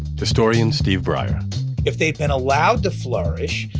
historian steve brier if they'd been allowed to flourish,